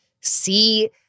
see